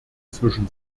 zwischen